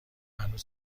هنوز